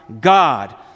God